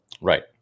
right